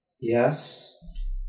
Yes